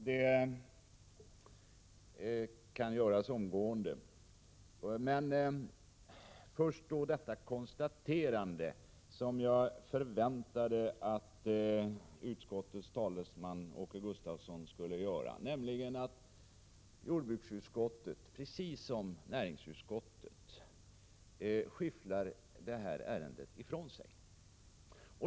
Det kan göras omgående, men först vill jag säga att jag hade förväntat mig att utskottets talesman Åke Gustavsson skulle ha konstaterat att jordbruksutskottet, precis som näringsutskottet, skyfflar detta ärende ifrån sig.